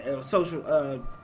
social